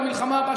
במלחמה הבאה,